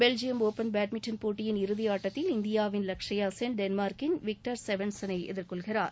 Belgium open badminton போட்டி இறுதி ஆட்டத்தில் இநியாவின் லக்ஷ்யா சென் டென்மார்க்கின் விக்டர் செவன்செனை எதிர்கொள்கிறார்